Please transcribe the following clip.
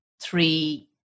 three